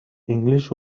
english